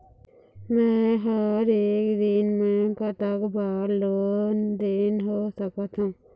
मे हर एक दिन मे कतक बार लेन देन कर सकत हों?